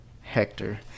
Hector